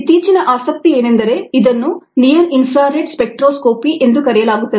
ಇತ್ತೀಚಿನ ಆಸಕ್ತಿ ಏನೆಂದರೆ ಇದನ್ನು ನಿಯರ್ ಇನ್ಫ್ರಾ ರೆಡ್ ಸ್ಪೆಕ್ಟ್ರೋಸ್ಕೋಪಿ ಎಂದು ಕರೆಯಲಾಗುತ್ತದೆ